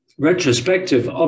retrospective